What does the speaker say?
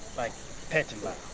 like petit mal. ah